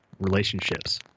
relationships